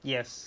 Yes